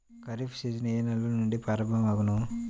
Kharif season ఏ నెల నుండి ప్రారంభం అగును?